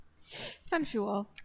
Sensual